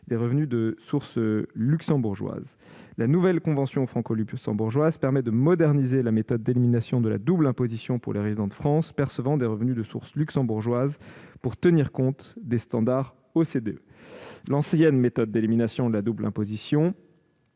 des revenus de source luxembourgeoise. La nouvelle convention franco-luxembourgeoise permet de moderniser la méthode d'élimination de la double imposition pour les résidents de France percevant des revenus de source luxembourgeoise, pour tenir compte des standards de l'Organisation de coopération